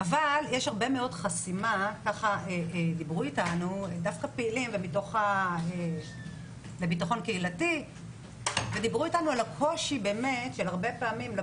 אבל דיברו איתנו פעילים לביטחון קהילתי שיש הרבה פעמים קושי